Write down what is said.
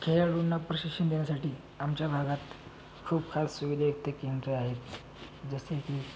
खेळाडूंना प्रशिक्षण देण्यासाठी आमच्या भागात खूप खास सुविधायुक्त केंद्र आहेत जसे की